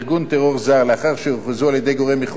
לאחר שהוכרזו על-ידי גורם מחוץ לישראל,